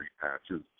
patches